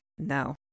No